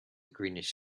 greenish